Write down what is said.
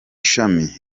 shami